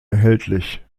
erhältlich